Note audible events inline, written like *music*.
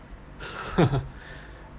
*laughs*